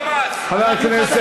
חלשים מול ה"חמאס" חבר הכנסת.